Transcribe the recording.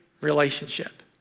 relationship